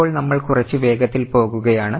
ഇപ്പോൾ നമ്മൾ കുറച്ച് വേഗത്തിൽ പോകുകയാണ്